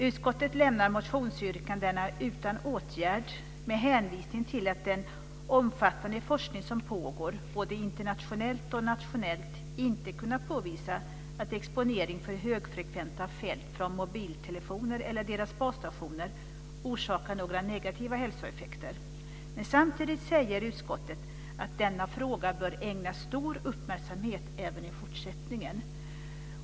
Utskottet lämnar motionsyrkandena utan åtgärd med hänvisning till att den omfattande forskning som pågår både internationellt och nationellt inte kunnat påvisa att exponering för högfrekventa fält från mobiltelefoner eller deras basstationer orsakar några negativa hälsoeffekter. Men samtidigt säger utskottet att denna fråga bör ägnas stor uppmärksamhet även i fortsättningen.